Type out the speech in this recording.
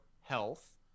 health